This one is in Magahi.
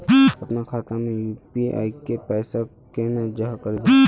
अपना खाता में यू.पी.आई के पैसा केना जाहा करबे?